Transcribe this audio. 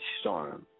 Storm